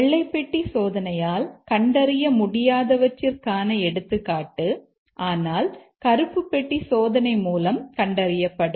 வெள்ளை பெட்டி சோதனையால் கண்டறிய முடியாதவற்றிற்கான எடுத்துக்காட்டு ஆனால் கருப்பு பெட்டி சோதனை மூலம் கண்டறியப்படும்